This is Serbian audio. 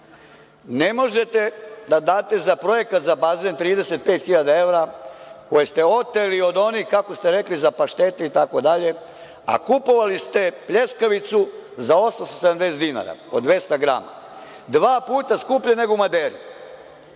Ne možete da date za projekat za bazen 35 hiljada evra koje ste oteli od onih, kako ste rekli – za paštete itd, a kupovali ste pljeskavicu za 870 dinara, od 200 grama, dva puta skuplje nego u „Maderi“.